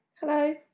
Hello